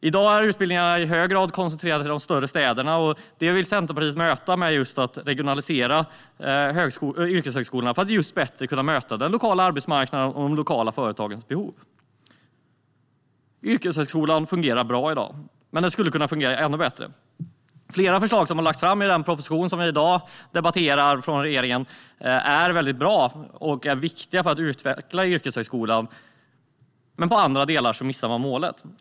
I dag är utbildningarna i hög grad koncentrerade till de större städerna, och det vill Centerpartiet möta med att regionalisera yrkeshögskolorna för att bättre kunna möta den lokala arbetsmarknaden och de lokala företagens behov. Yrkeshögskolan fungerar bra i dag, men den skulle kunna fungera ännu bättre. Flera förslag som regeringen har lagt fram i den proposition vi i dag debatterar är väldigt bra och viktiga för att utveckla yrkeshögskolan, men i andra delar missar man målet.